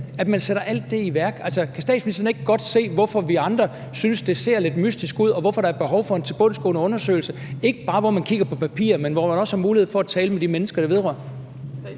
et ulovligt grundlag. Kan statsministeren ikke godt se, hvorfor vi andre synes, det ser lidt mystisk ud, og hvorfor der er behov for en tilbundsgående undersøgelse, hvor man ikke bare kigger på papirer, men hvor man også har mulighed for at tale med de mennesker, det vedrører?